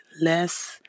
less